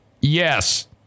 Yes